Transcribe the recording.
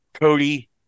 Cody